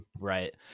right